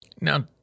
Now